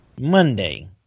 Monday